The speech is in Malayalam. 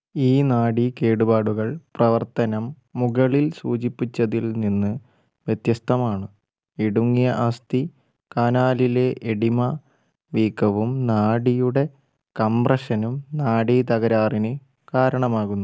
ഈ നാഡി കേടുപാടുകൾ പ്രവർത്തനം മുകളിൽ സൂചിപ്പിച്ചതിൽ നിന്ന് വ്യത്യസ്തമാണ് ഇടുങ്ങിയ അസ്ഥി കനാലിലെ എഡിമ വീക്കവും നാഡിയുടെ കംപ്രഷനും നാഡി തകരാറിന് കാരണമാകുന്നു